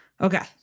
okay